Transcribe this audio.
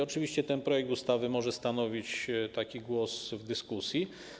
Oczywiście ten projekt ustawy może stanowić głos w dyskusji.